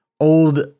old